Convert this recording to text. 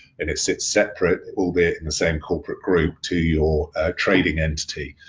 and it sits separate, albeit in the same corporate group to your trading entity.